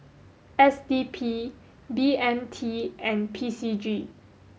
S D P B M T and P C G